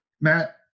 Matt